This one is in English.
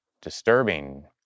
disturbing